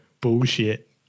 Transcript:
bullshit